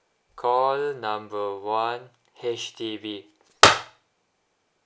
call number one H_D_B